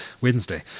Wednesday